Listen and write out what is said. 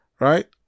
right